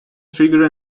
trigger